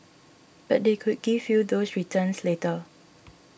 but they could give you those returns later